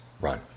Run